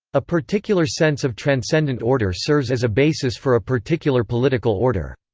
a particular sense of transcendent order serves as a basis for a particular political order.